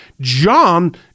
John